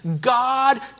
God